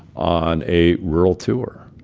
on a rural tour.